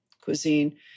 cuisine